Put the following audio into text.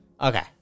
Okay